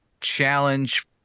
challenge